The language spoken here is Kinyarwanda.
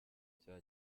cya